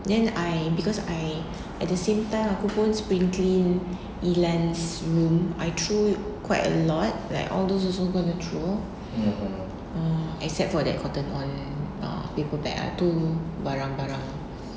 then I because I at the same time aku pun spring clean ilan's room I threw quite a lot like all those also gonna throw err except for that cotton on uh paper bag ah tu barang-barang